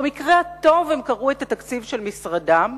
במקרה הטוב הם קראו את התקציב של משרדם,